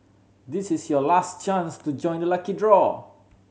this is your last chance to join the lucky draw